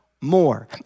more